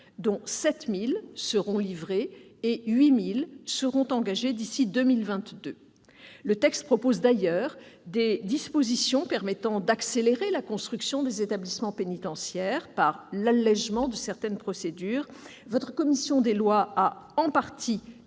dont 7 000 seront livrées et 8 000 engagées d'ici à 2022. Le texte comporte d'ailleurs des dispositions permettant d'accélérer la construction des établissements pénitentiaires par l'allégement de certaines procédures. Votre commission des lois les a en partie